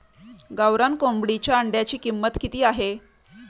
गावरान कोंबडीच्या अंड्याची किंमत किती आहे?